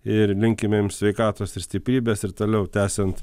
ir linkime sveikatos ir stiprybės ir toliau tęsiant